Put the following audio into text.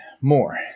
more